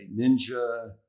ninja